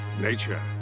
Nature